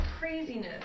craziness